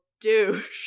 douche